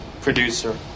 Producer